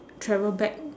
travel back